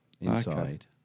inside